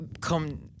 come